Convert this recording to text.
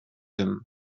him